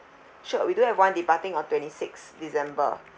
sure we do have one departing on twenty-sixth december